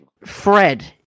Fred